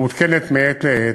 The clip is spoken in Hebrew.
היא מעודכנת מעת לעת,